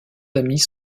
amis